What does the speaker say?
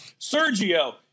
Sergio